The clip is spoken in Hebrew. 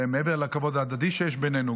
מעבר לכבוד ההדדי שיש בינינו,